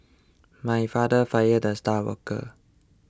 my father fired the star worker